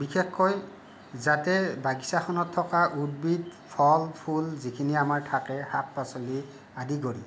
বিশেষকৈ যাতে বাগিচাখনত থকা উদ্ভিদ ফল ফুল যিখিনি আমাৰ থাকে শাক পাচলি আদি কৰি